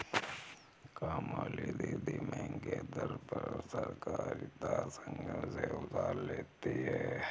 कामवाली दीदी महंगे दर पर सहकारिता संघ से उधार लेती है